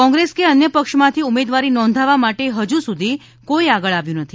કોંગ્રેસ કે અન્ય પક્ષમાંથી ઉમેદવારી નોંધાવવા માટે હજુ સુધી કોઈ આગળ આવ્યું નથી